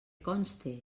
conste